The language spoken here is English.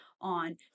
on